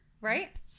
right